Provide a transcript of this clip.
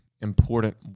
important